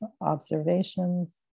observations